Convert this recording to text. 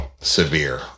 severe